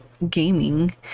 gaming